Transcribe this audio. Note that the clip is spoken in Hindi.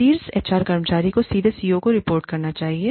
शीर्ष एचआर कार्यकारी को सीधे सीईओ को रिपोर्ट करना चाहिए